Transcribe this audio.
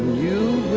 you